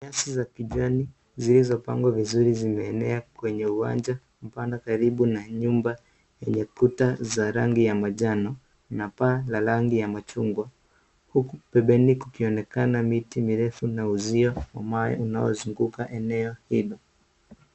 Nyasi za kijani zilizopangwa vizuri zimeenea kwenye uwanja na kupanda karibu na nyumba zenye rangi ya manjano na paa la rangi ya machungwa huku pembeni kukionekana miti mirefu na uzio wa mawe unaozunguka eneo hilo.